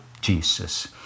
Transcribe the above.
Jesus